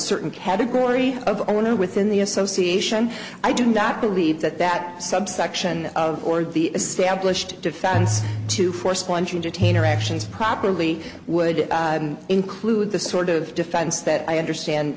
certain category of i want to within the association i do not believe that that subsection of or the established defense to force detain or actions properly would include the sort of defense that i understand